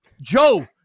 Joe